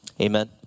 Amen